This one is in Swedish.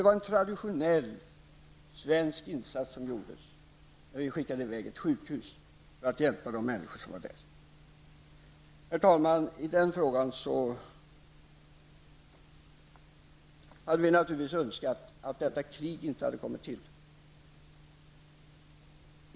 Det var en traditionell svensk insats som gjordes när vi skickade ett sjukhus för att hjälpa människorna där. Herr talman! Naturligtvis hade vi önskat att detta krig inte hade kommit till.